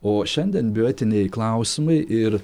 o šiandien bioetiniai klausimai ir